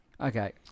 Okay